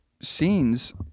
scenes